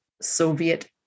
Soviet